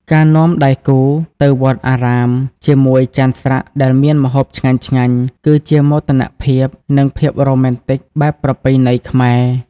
ការនាំដៃគូទៅ "វត្ដអារាម" ជាមួយចានស្រាក់ដែលមានម្ហូបឆ្ងាញ់ៗ គឺជាមោទនភាព និងភាពរ៉ូមែនទិកបែបប្រពៃណីខ្មែរ។